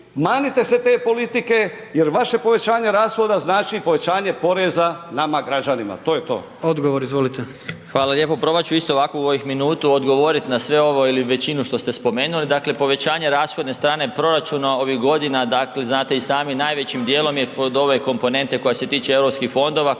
manite se te politike jer vaše povećanje rashoda znači povećanje poreza nama građanima. To je to. **Jandroković, Gordan (HDZ)** Odgovor, izvolite. **Marić, Zdravko** Hvala lijepo, probat ću isto ovako u ovih minutu odgovorit na sve ovo ili većinu što ste spomenuli. Dakle povećanje rashodne strane proračuna ovih godina, dakle znate i sami, najvećim djelom je kod ove komponente koja se tiče europskih fondova